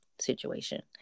situation